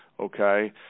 Okay